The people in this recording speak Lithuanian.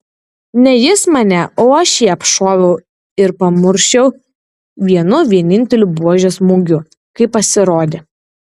ne jis mane o aš jį apšoviau ir parmušiau vienu vieninteliu buožės smūgiu kai pasirodė